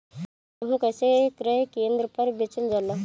गेहू कैसे क्रय केन्द्र पर बेचल जाला?